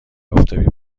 آفتابی